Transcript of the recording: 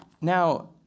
Now